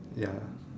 ya